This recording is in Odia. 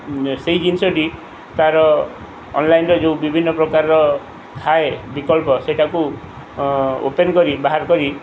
ସେଇ ଜିନିଷଟି ତା'ର ଅନ୍ଲାଇନ୍ର ଯେଉଁ ବିଭିନ୍ନ ପ୍ରକାରର ଥାଏ ବିକଳ୍ପ ସେଇଟାକୁ ଓପେନ୍ କରି ବାହାର କରି